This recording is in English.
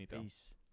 peace